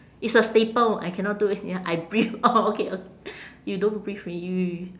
it's a staple I cannot do this ya I breathe orh okay ok~ you don't breathe already you